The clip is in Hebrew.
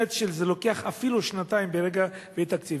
שזה לוקח אפילו שנתיים ברגע שיהיה תקציב.